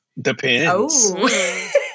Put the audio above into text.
Depends